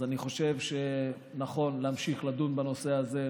אז אני חושב שנכון להמשיך לדון בנושא הזה,